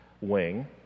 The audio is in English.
wing